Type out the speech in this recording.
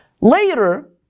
Later